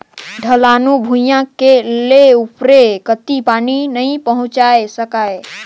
ढलानू भुइयां ले उपरे कति पानी नइ पहुचाये सकाय